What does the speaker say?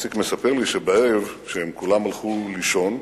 איציק מספר לי שבערב, כשהם כולם הלכו לישון,